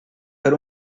per